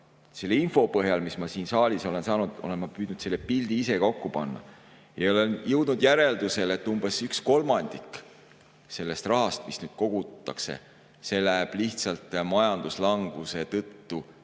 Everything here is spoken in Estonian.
selle info põhjal, mis ma siin saalis olen saanud, olen ma püüdnud selle pildi ise kokku panna ja olen jõudnud järeldusele, et umbes üks kolmandik sellest rahast, mis kogutakse, läheb lihtsalt majanduslanguse tõttu